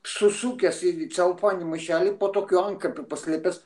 sušukęs į celofaninį maišelį po tokiu antkapiu paslėpęs